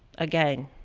again,